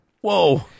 Whoa